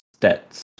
stats